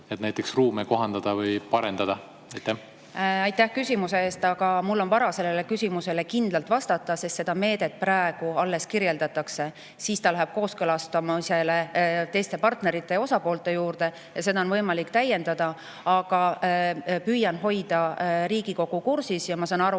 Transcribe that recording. et näiteks ruume kohandada või parendada? Aitäh küsimuse eest! Mul on vara sellele küsimusele kindlalt vastata, sest seda meedet praegu alles kirjeldatakse. Siis läheb see kooskõlastamisele teiste partnerite, osapoolte juurde ja seda on võimalik täiendada. Aga püüan hoida Riigikogu kursis. Ma saan aru,